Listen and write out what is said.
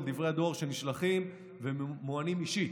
דברי הדואר שנשלחים וממוענים אישית.